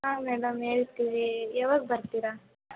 ಆಂ madam ಹೇಳ್ತೀವಿ ಯಾವಾಗ ಬರ್ತೀರ